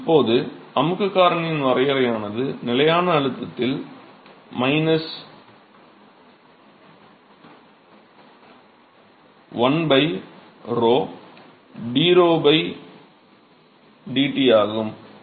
இப்போது அமுக்குக் காரணியின் வரையறையானது நிலையான அழுத்தத்தில் 1 𝞺 d𝞺 dT ஆகும்